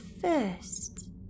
first